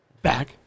Back